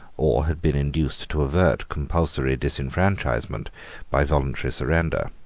or had been induced to avert compulsory disfranchisement by voluntary surrender.